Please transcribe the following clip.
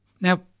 Now